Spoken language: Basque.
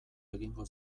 egingo